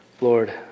Lord